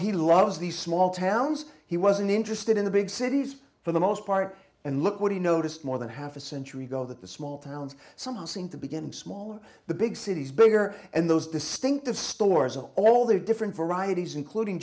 these small towns he wasn't interested in the big cities for the most part and look what he noticed more than half a century ago that the small towns somehow seem to begin smaller the big cities bigger and those distinctive stores of all the different varieties including